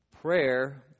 prayer